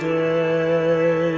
day